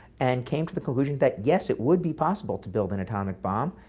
and came to the conclusion that, yes, it would be possible to build an atomic bomb,